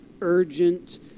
urgent